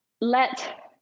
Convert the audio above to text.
let